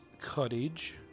cottage